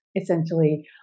essentially